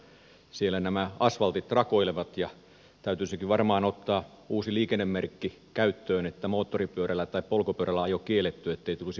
siellä nämä asfaltit rakoilevat ja täytyisikin varmaan ottaa uusi liikennemerkki käyttöön moottoripyörällä tai polkupyörällä ajo kielletty ettei tulisi vahinkoja